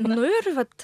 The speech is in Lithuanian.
nu ir vat